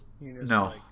No